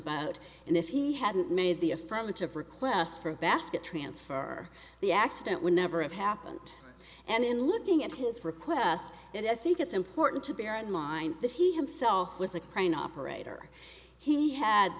bout and if he hadn't made the affirmative request for a basket transfer the accident would never have happened and in looking at his request that i think it's important to bear in mind that he himself was a crane operator he had